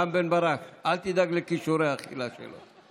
רם בן ברק, אל תדאג לכישורי האכילה שלו.